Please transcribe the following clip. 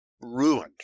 ruined